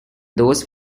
those